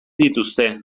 dituzte